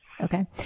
okay